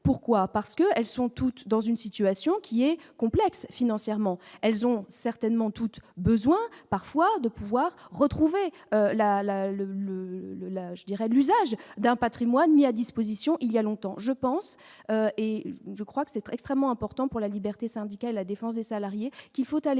pourquoi parce que elles sont toutes dans une situation qui est complexe, financièrement, elles ont certainement toutes besoin parfois de pouvoir retrouver la la le le le la, je dirais, l'usage d'un Patrimoine mis à disposition, il y a longtemps, je pense, et je crois que c'est très extrêmement important pour la liberté syndicale, la défense des salariés qu'il faut aller